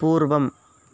पूर्वम्